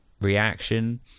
reaction